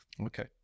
okay